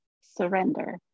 surrender